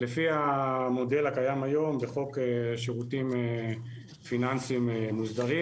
לפי המודל הקיים היום בחוק שירותים פיננסיים מוסדרים.